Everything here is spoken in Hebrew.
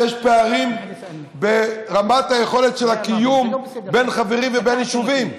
כשיש פערים ברמת היכולת של הקיום בין חברים ובין יישובים,